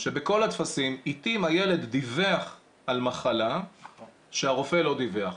שבטפסים לעתים הילד דיווח על מחלה שהרופא לא דיווח.